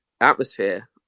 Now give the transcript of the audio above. atmosphere